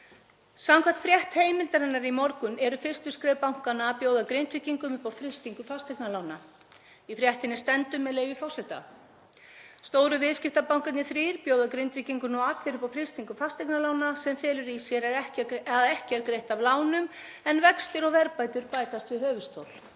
Samkvæmt frétt Heimildarinnar í morgun eru fyrstu skref bankanna að bjóða Grindvíkingum upp á frystingu fasteignalána. Í fréttinni stendur, með leyfi forseta: „Stóru viðskiptabankarnir þrír bjóða Grindvíkingum nú allir upp á frystingu fasteignalána, sem felur í sér að ekki er greitt af lánum, en vextir og verðbætur bætast við höfuðstól.“